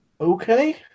okay